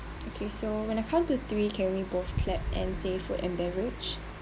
okay so when I count to three can we both clap and say food and beverage